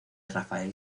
rafael